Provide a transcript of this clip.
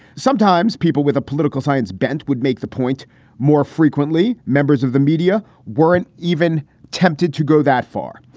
sometimes people with a political science bent would make the point more frequently. members of the media weren't even tempted to go that far.